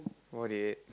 what did you eat